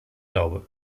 glaube